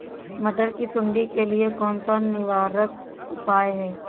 मटर की सुंडी के लिए कौन सा निवारक उपाय है?